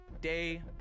day